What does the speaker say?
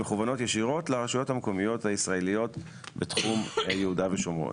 שמכוונות ישירות לרשויות המקומיות הישראליות בתחום יהודה ושומרון.